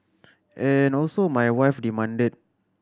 and also my wife demanded